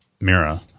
mira